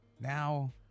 Now